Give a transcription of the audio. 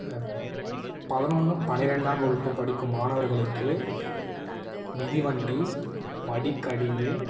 பதினொன்னு பனிரெண்டாம் வகுப்பு படிக்கும் மாணவர்களுக்கு மிதிவண்டி மடிக்கணிணி